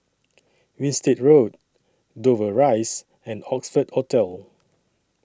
Winstedt Road Dover Rise and Oxford Hotel